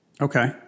Okay